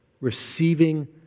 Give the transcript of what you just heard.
receiving